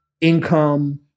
income